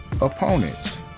Opponents